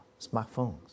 smartphones